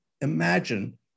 imagine